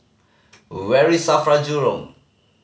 very SAFRA Jurong